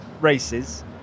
races